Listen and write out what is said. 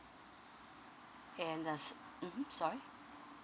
and uh s~ mmhmm sorry